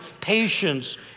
patience